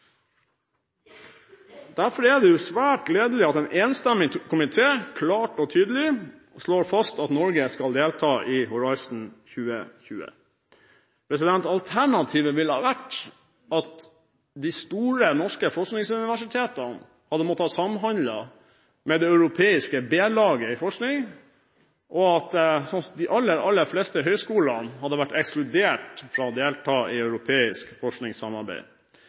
Derfor er det svært gledelig at en enstemmig komité klart og tydelig slår fast at Norge skal delta i Horizon 2020. Alternativet ville vært at de store norske forskningsuniversitetene hadde måttet samhandle med det europeiske B-laget når det gjelder forskning, og at de aller fleste høyskolene hadde vært ekskludert fra å delta i